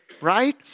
right